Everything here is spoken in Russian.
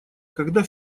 когда